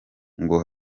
ngo